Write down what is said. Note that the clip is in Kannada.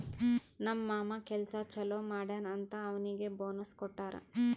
ನಮ್ ಮಾಮಾ ಕೆಲ್ಸಾ ಛಲೋ ಮಾಡ್ಯಾನ್ ಅಂತ್ ಅವ್ನಿಗ್ ಬೋನಸ್ ಕೊಟ್ಟಾರ್